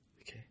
Okay